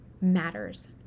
matters